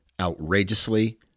outrageously